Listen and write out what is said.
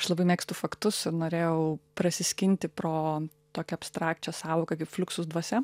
aš labai mėgstu faktus norėjau prasiskinti pro tokią abstrakčią sąvoką kaip fluxus dvasia